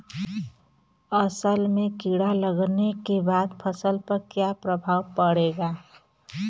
असल में कीड़ा लगने के बाद फसल पर क्या प्रभाव पड़ेगा?